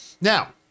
Now